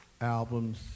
albums